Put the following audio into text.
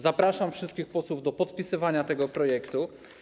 Zapraszam wszystkich posłów do podpisywania tego projektu.